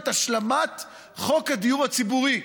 את השלמת חוק הדיור הציבורי.